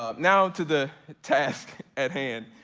um now to the task at hand,